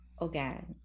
again